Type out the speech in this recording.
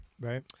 Right